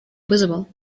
visible